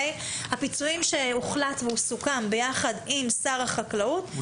הפיצויים שהוחלט וסוכם יחד עם שר החקלאות הם